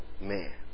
man